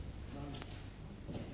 Hvala.